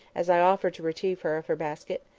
as i offered to relieve her of her basket.